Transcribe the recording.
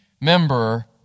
member